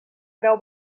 preu